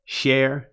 share